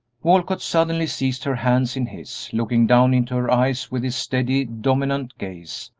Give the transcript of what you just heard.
walcott suddenly seized her hands in his, looking down into her eyes with his steady, dominant gaze.